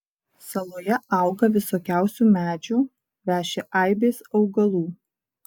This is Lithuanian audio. saloje auga visokiausių medžių veši aibės augalų